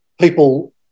People